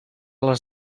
les